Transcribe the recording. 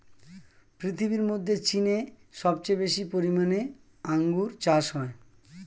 পৃথিবীর মধ্যে চীনে সবচেয়ে বেশি পরিমাণে আঙ্গুর চাষ হয়